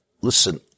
Listen